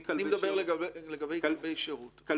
אני מדבר לגבי כלבי שירות.